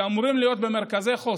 שאמורים להיות במרכזי חוסן,